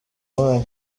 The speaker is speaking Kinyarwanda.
wayo